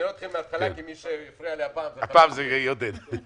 אני לא אתחיל מהתחלה כי מי שהפריע לי הפעם זה חבר שלי.